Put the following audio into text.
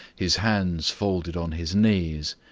his hands folded on his knees,